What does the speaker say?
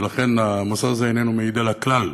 ולכן המוסד הזה איננו מעיד על הכלל,